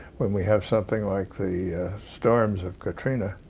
when we have something like the storms of katrina